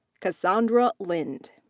cassandra lind.